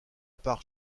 part